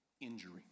injury